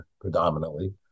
predominantly